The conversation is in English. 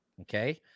Okay